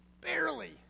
Barely